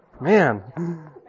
Man